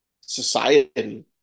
society